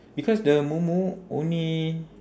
because the momo only